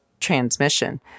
transmission